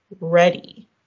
ready